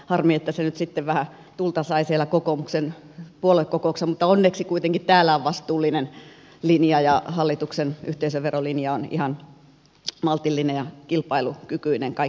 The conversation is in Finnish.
harmi että se nyt sitten vähän tulta sai siellä kokoomuksen puoluekokouksessa mutta onneksi kuitenkin täällä on vastuullinen linja ja hallituksen yhteisöverolinja on ihan maltillinen ja kilpailukykyinen kaikkinensa